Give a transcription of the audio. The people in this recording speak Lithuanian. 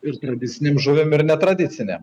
ir tardicinėm žuvim ir netradicinėm